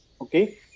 okay